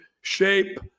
shape